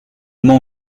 more